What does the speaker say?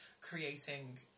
creating